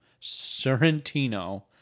Sorrentino